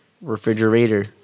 Refrigerator